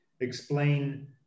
explain